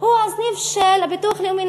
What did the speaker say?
הוא הסניף של הביטוח לאומי,